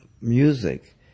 music